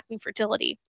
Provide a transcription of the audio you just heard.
fertility